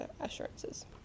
assurances